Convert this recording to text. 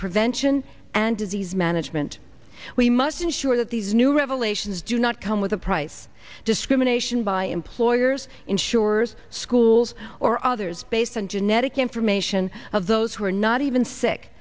prevention and disease management we must ensure that these new revelations do not come with a price discrimination by employers insurers schools or others based on genetic information of those who are not even sick